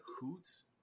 hoots